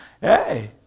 Hey